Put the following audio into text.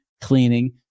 cleaning